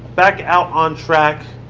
back out on track,